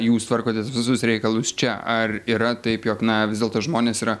jūs tvarkotės visus reikalus čia ar yra taip jog na vis dėl to žmonės yra